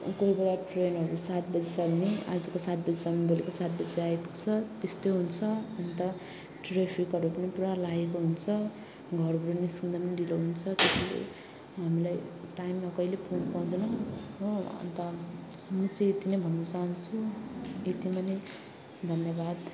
कोही बेला ट्रेनहरू सात बजी छ भने आजको सात बजी छ भने भोलिको सात बजी चाहिँ आइपुग्छ त्यस्तो हुन्छ अन्त ट्राफिकहरू पनि पुरा लागेको हुन्छ घरबाट निस्किँदा पनि ढिलो त्यसले हामीलाई टाइममा कहिल्यै पुग्नु पाउँदैनौँ हो अन्त म चाहिँ यति नै भन्न चाहन्छु यतिमा नै धन्यवाद